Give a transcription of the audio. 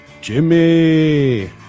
Jimmy